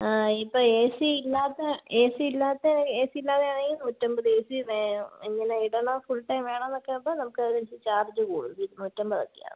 ഇപ്പം A C ഇല്ലാത്ത A C ഇല്ലാത്ത എ സി ഇല്ലാതെ ആണെങ്കിൽ നൂറ്റമ്പത് എ സി വേ എങ്ങനെ ഇടണോ ഫുൾ ടൈം വേണമെന്നൊക്കെ ആകുമ്പോൾ നമുക്ക് അതിൻ്റെ ചാർജ് കൂടും ഇരുന്നൂറ്റമ്പതൊക്കെ ആവും